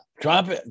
Trump